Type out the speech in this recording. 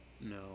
no